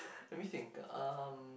let me think um